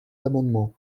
amendement